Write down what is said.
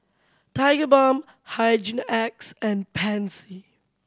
Tigerbalm Hygin X and Pansy